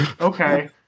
Okay